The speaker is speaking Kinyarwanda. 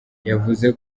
yavuze